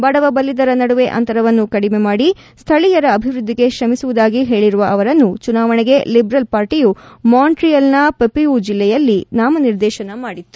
ಬಡವ ಬಲ್ಲಿದರ ನಡುವೆ ಅಂತರವನ್ನು ಕಡಿಮೆ ಮಾಡಿ ಸ್ಥಳೀಯರ ಅಭಿವೃದ್ದಿಗೆ ತ್ರಮಿಸುವುದಾಗಿ ಹೇಳಿರುವ ಅವರನ್ನು ಚುನಾವಣೆಗೆ ಲಿಬರಲ್ ಪಾರ್ಟಯೂ ಮಂಟ್ರಿಯಲ್ನ ಪಪಿನಿಯೊವ್ ಜಿಲ್ಲೆಯಲ್ಲಿ ನಾಮ ನಿರ್ದೇಶನ ಮಾಡಿತ್ತು